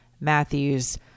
Matthews